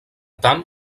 tant